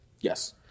Yes